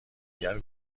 دیگر